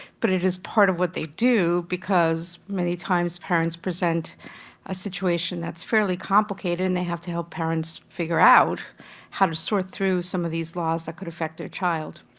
but it is part of what they do because many times parents present a situation that's fairly complicated and they have to help parents figure out how to sort through some of these laws that could affect their child.